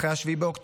אחרי 7 באוקטובר.